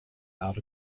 out